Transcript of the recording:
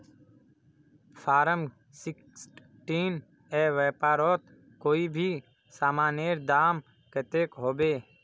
Form sixteen ई व्यापारोत कोई भी सामानेर दाम कतेक होबे?